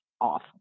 off